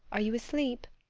are you asleep?